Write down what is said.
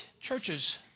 churches